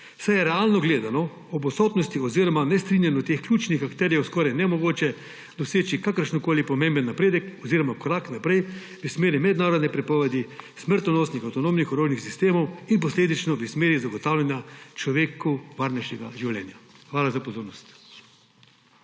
saj je realno gledano ob odsotnosti oziroma nestrinjanju teh ključnih akterjev skoraj nemogoče doseči kakršenkoli pomemben napredek oziroma korak naprej v smeri mednarodne prepovedi smrtonosnih avtonomnih orožnih sistemov in posledično v smeri zagotavljanja človeku varnejšega življenja. Hvala za pozornost.